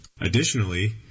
Additionally